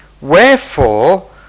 Wherefore